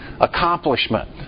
accomplishment